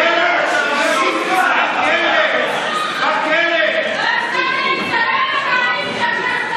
המליאה.) אתה צריך להיות בכלא בכלל, אתה.